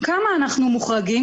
עד כמה אנחנו מוחרגים,